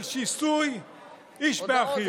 של שיסוי איש באחיו.